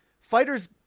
fighters